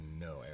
no